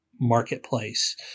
marketplace